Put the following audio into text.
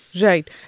Right